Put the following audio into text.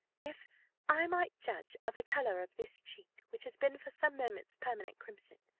if i might judge of the colour of this cheek, which has been for some moments permanent crimson,